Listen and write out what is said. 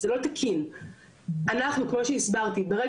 ברגע שיש או פנייה יזומה או בדיקה יזומה שלנו,